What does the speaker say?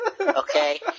Okay